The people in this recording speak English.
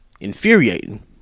infuriating